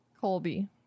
Colby